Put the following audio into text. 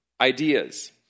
ideas